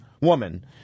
woman